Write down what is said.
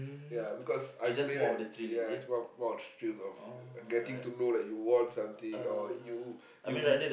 ya because I play that ya it's one one of the thrills of getting to know that you won something or you you